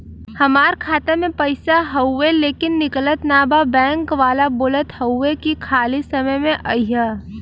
हमार खाता में पैसा हवुवे लेकिन निकलत ना बा बैंक वाला बोलत हऊवे की खाली समय में अईहा